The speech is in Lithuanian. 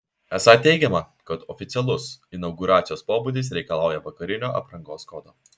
esą teigiama kad oficialus inauguracijos pobūdis reikalauja vakarinio aprangos kodo